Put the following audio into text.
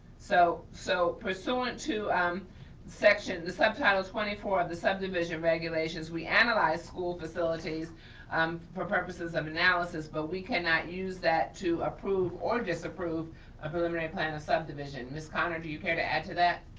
so so pursuant to um the the subtitle twenty four of the subdivision regulations, we analyze school facilities um for purposes of analysis, but we cannot use that to approve or disapprove a preliminary plan of subdivision. miss connor, do you care to add to that?